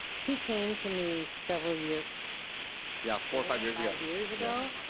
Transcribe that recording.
he came to me several year yeah, four or five years ago. five years ago,